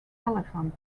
elephant